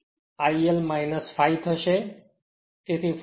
તેથી 41 1